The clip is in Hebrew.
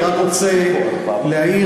אני רק רוצה להעיר,